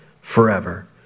forever